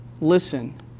listen